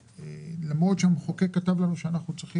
למרות שהמחוקק כתב לנו שאנחנו צריכים